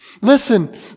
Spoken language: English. Listen